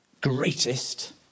greatest